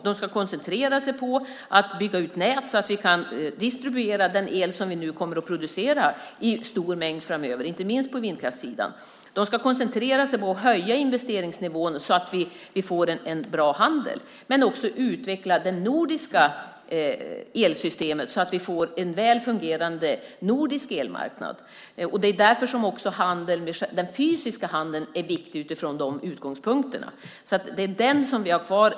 De ska koncentrera sig på att bygga ut nät, så att vi kan distribuera den el som vi kommer att producera i stor mängd framöver, inte minst på vindkraftssidan. De ska koncentrera sig på att höja investeringsnivån så att vi får en bra handel men också utveckla det nordiska elsystemet så att vi får en väl fungerande nordisk elmarknad. Det är därför som också den fysiska handeln är viktig utifrån de utgångspunkterna. Det är den som vi har kvar.